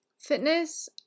fitness